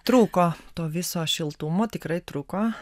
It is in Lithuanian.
trūko to viso šiltumo tikrai trūko